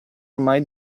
ormai